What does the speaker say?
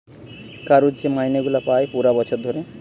কারুর যে মাইনে গুলা পায় পুরা বছর ধরে